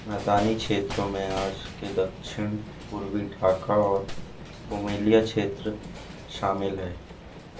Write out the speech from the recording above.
मैदानी क्षेत्रों में आज के दक्षिण पूर्वी ढ़ाका और कोमेलिया क्षेत्र शामिल हैं